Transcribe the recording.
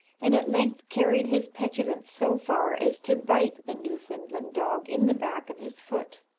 and at length carried his petulance so far as to bite the newfoundland dog in the back of his foot.